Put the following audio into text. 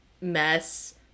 mess